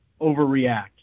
overreact